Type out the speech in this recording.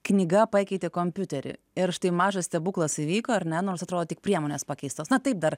knyga pakeitė kompiuterį ir štai mažas stebuklas įvyko ar ne nors atrodo tik priemonės pakeistos na taip dar